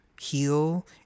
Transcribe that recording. heal